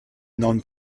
non